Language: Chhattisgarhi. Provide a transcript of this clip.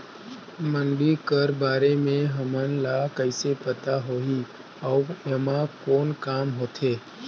मंडी कर बारे म हमन ला कइसे पता होही अउ एमा कौन काम होथे?